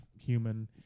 human